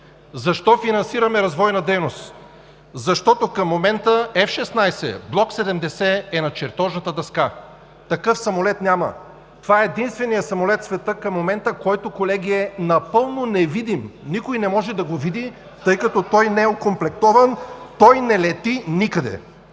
Защо финансираме развойна дейност? Защото към момента F-16 Blok 70 е на чертожната дъска. Такъв самолет няма. Това е единственият самолет в света към момента, който, колеги, е напълно невидим. Никой не може да го види, тъй като той не е окомплектован, той не лети никъде.